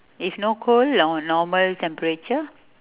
if no cold no~ normal temperature